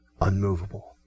unmovable